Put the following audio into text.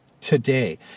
today